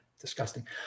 disgusting